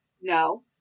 No